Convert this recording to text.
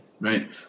right